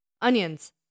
onions